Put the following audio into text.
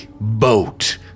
boat